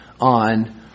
on